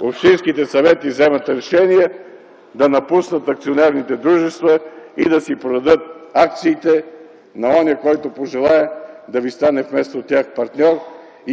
общинските съвети вземат решения да напуснат акционерните дружества и да си продадат акциите на онзи, който пожелае да ви стане партньор вместо тях.